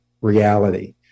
reality